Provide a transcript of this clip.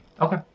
Okay